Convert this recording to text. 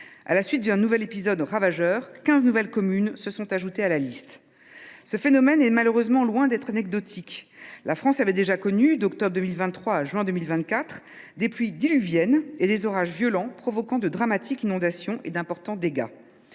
À la suite d’un nouvel épisode ravageur, quinze nouvelles communes se sont ajoutées à la liste. Ce phénomène est malheureusement loin d’être anecdotique. La France avait déjà connu, d’octobre 2023 à juin 2024, des pluies diluviennes et des orages violents, provoquant de dramatiques inondations et d’importants dégâts.